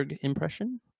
impression